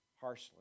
harshly